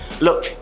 look